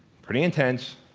pretty intense,